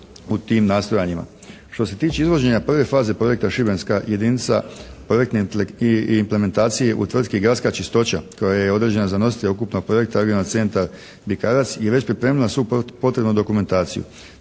u tim nastojanjima. Što se tiče izloženja prve faze projekta Šibenska jedinica i projekte implementacije u tvrtki Gradska čistoća koja je određena za nositelja ukupnog projekta regionalni centar Bikarac i već priprema svu potrebnu dokumentaciju.